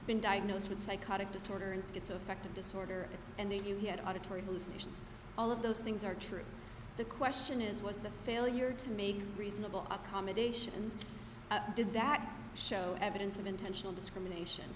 been diagnosed with psychotic disorder and schizoaffective disorder and they knew he had auditory hallucinations all of those things are true the question is was the failure to make reasonable accommodations did that show evidence of intentional discrimination